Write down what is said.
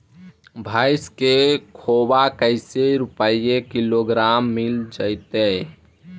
भैस के खोबा कैसे रूपये किलोग्राम बिक जइतै?